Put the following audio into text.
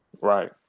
right